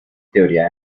teoría